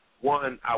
One